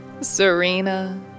Serena